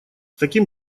таким